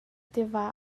tiva